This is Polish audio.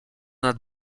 nad